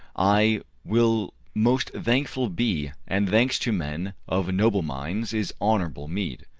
i will most thankful be and thanks to men of noble minds is honourable meed.